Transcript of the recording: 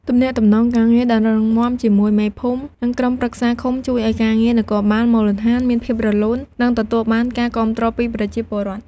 ទំនាក់ទំនងការងារដ៏រឹងមាំជាមួយមេភូមិ និងក្រុមប្រឹក្សាឃុំ ជួយឱ្យការងារនគរបាលមូលដ្ឋានមានភាពរលូន និងទទួលបានការគាំទ្រពីប្រជាពលរដ្ឋ។